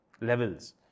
levels